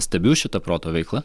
stebiu šitą proto veiklą